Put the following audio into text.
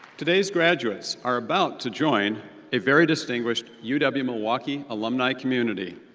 today's graduates are about to join a very distinguished u w milwaukee alumni community.